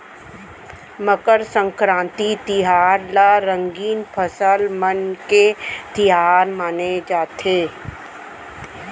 मकर संकरांति तिहार ल रंगीन फसल मन के तिहार माने जाथे